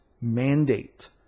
mandate